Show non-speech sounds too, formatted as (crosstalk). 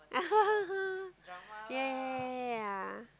(laughs) yeah yeah yeah yeah yeah yeah